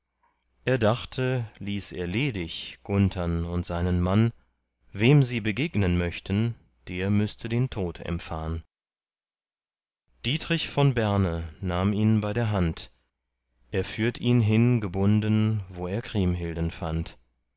er dachte ließ er ledig gunthern und seinen mann wem sie begegnen möchten der müßte den tod empfahn dietrich von berne nahm ihn bei der hand er führt ihn hin gebunden wo er kriemhilden fand